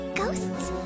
Ghosts